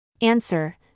Answer